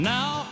Now